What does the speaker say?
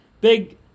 Big